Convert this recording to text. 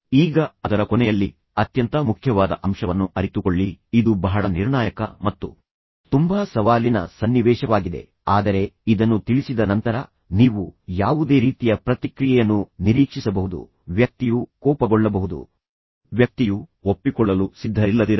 ಈಗ ಅದರ ಕೊನೆಯಲ್ಲಿ ಅತ್ಯಂತ ಮುಖ್ಯವಾದ ಅಂಶವನ್ನು ಅರಿತುಕೊಳ್ಳಿ ಇದು ಬಹಳ ನಿರ್ಣಾಯಕ ಮತ್ತು ತುಂಬಾ ಸವಾಲಿನ ಸನ್ನಿವೇಶವಾಗಿದೆ ಆದರೆ ಇದನ್ನು ತಿಳಿಸಿದ ನಂತರ ನೀವು ಯಾವುದೇ ರೀತಿಯ ಪ್ರತಿಕ್ರಿಯೆಯನ್ನು ನಿರೀಕ್ಷಿಸಬಹುದು ವ್ಯಕ್ತಿಯು ಕೋಪಗೊಳ್ಳಬಹುದು ವ್ಯಕ್ತಿಯು ಒಪ್ಪಿಕೊಳ್ಳಲು ಸಿದ್ಧರಿಲ್ಲದಿರಬಹುದು